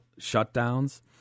shutdowns